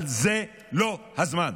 אבל זה לא הזמן.